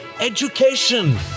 education